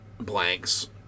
Blanks